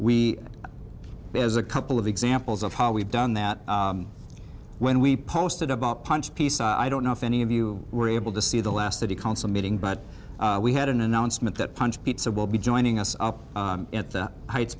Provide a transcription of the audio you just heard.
there's a couple of examples of how we've done that when we posted about punch piece i don't know if any of you were able to see the last of the council meeting but we had an announcement that punch pizza will be joining us up at the heights